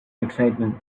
excitement